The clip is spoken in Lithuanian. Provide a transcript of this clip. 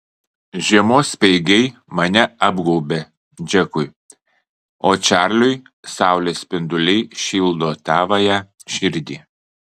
žiemos speigai mane apgaubia džekui o čarliui saulės spinduliai šildo tavąją širdį